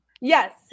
Yes